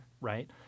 right